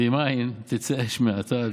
ואם אַיִן, תצא אש מן האטד